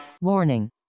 warning